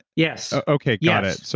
yes okay, got it. so